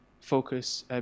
focus